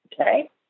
okay